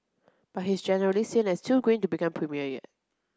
but he's generally seen as too green to become premier yet